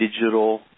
digital